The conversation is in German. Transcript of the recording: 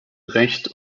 recht